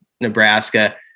Nebraska